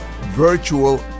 Virtual